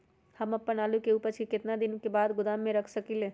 हम अपन आलू के ऊपज के केतना दिन बाद गोदाम में रख सकींले?